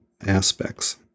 aspects